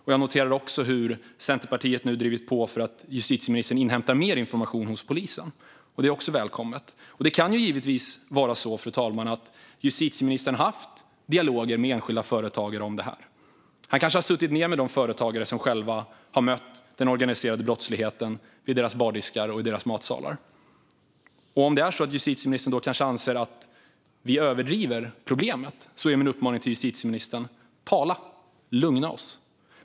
Centerpartiet har också drivit på justitieministern att inhämta mer information av polisen, vilket också är välkommet. Fru talman! Det kan givetvis vara så att justitieministern har haft dialog med enskilda företagare om detta. Han kanske har suttit ned med företagare som har mött den organiserade brottsligheten vid sina bardiskar och i sina matsalar. Så om justitieministern anser att vi överdriver problemet är min uppmaning till justitieministern: Tala! Lugna oss!